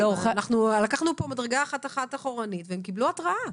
אנחנו לקחנו פה מדרגה אחת אחורנית והם קיבלו התראה.